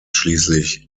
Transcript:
schließlich